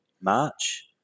march